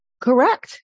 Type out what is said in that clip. Correct